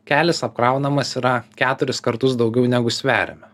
kelis apkraunamas yra keturis kartus daugiau negu sveriame